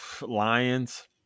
Lions